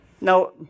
Now